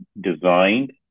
designed